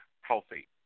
healthy